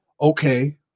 okay